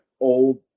old